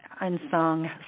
unsung